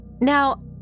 Now